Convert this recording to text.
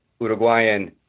Uruguayan